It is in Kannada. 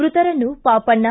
ಮೃತರನ್ನು ಪಾಪಣ್ಣ